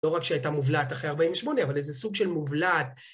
לא רק שהייתה מובלעת אחרי 48, אבל איזה סוג של מובלעת.